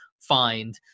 find